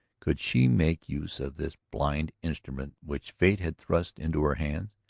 could she make use of this blind instrument which fate had thrust into her hand?